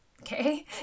okay